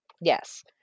Yes